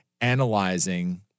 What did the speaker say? analyzing